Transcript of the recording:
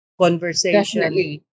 conversation